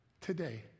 today